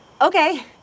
Okay